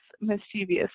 mischievous